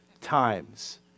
times